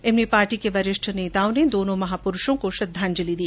इसमें पार्टी के वरिष्ठ नेताओं ने दोनों महापुरूषों को श्रद्धाजलि दी